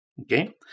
Okay